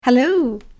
Hello